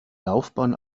laufbahn